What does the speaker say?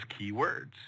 keywords